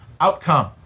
outcome